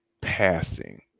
passing